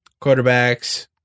quarterbacks